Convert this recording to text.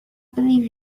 believe